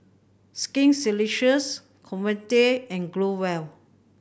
Skin Ceuticals Convatec and Growell